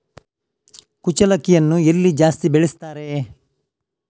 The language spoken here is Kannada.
ಕುಚ್ಚಲಕ್ಕಿಯನ್ನು ಎಲ್ಲಿ ಜಾಸ್ತಿ ಬೆಳೆಸ್ತಾರೆ?